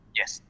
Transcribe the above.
yes